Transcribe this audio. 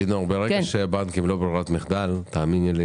לינור, ברגע שהבנקים הם לא ברירת מחדל תאמיני לי